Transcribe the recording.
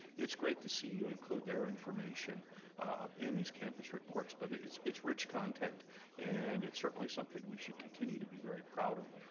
it's great to see you include their information in these campus reports, but it's it's rich content and it's certainly something we should continue to be very proud of,